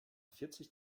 vierzig